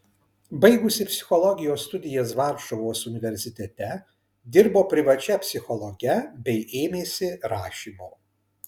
baigusi psichologijos studijas varšuvos universitete dirbo privačia psichologe bei ėmėsi rašymo